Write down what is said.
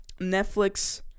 Netflix